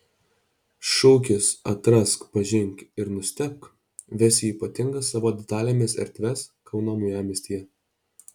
šūkis atrask pažink ir nustebk ves į ypatingas savo detalėmis erdves kauno naujamiestyje